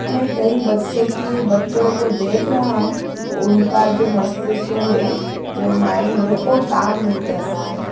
मैं कई बच्चों की बच्चों को देख रहा हूँ उनका जो मस्तिष्क है जो माइंड है वो काम नहीं कर रहा है